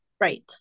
right